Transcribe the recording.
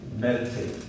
meditate